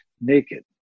naked